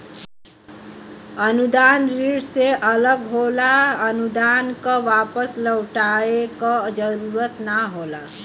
अनुदान ऋण से अलग होला अनुदान क वापस लउटाये क जरुरत ना होला